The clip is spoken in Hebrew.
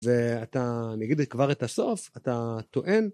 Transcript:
ואתה נגיד כבר את הסוף אתה טוען